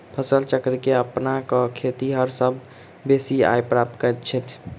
फसल चक्र के अपना क खेतिहर सभ बेसी आय प्राप्त करैत छथि